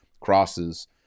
crosses